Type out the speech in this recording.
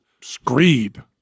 screed